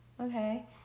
okay